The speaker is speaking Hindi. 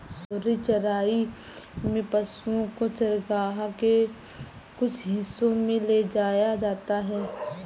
घूर्णी चराई में पशुओ को चरगाह के कुछ हिस्सों में ले जाया जाता है